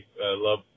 love